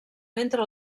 entre